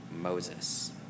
Moses